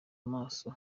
amaso